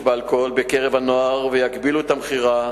באלכוהול בקרב הנוער ויגבילו את המכירה,